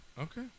Okay